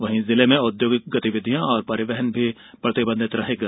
वहीं जिले में औद्योगिक गतिविधियां और परिवहन भी प्रतिबंधित रहेगा